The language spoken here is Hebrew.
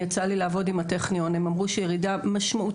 יצא לי לעבוד עם הטכניון והם אמרו שיש ירידה משמעותית